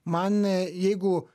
man jeigu